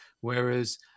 whereas